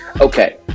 Okay